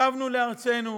שבנו לארצנו,